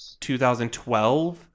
2012